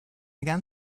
again